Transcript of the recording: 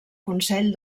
consell